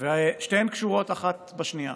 ושתיהן קשורות האחת בשנייה: